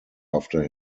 after